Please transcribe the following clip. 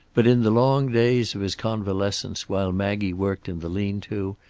but in the long days of his convalescence while maggie worked in the lean-to,